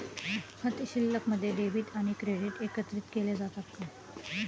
खाते शिल्लकमध्ये डेबिट आणि क्रेडिट एकत्रित केले जातात का?